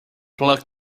pluck